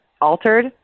altered